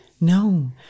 No